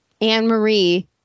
Anne-Marie